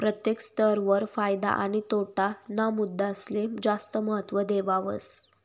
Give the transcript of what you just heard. प्रत्येक स्तर वर फायदा आणि तोटा ना मुद्दासले जास्त महत्व देवावस